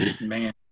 man